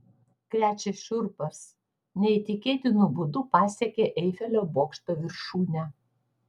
krečia šiurpas neįtikėtinu būdu pasiekė eifelio bokšto viršūnę